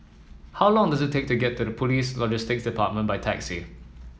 how long does it take to get to Police Logistics Department by taxi